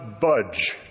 Budge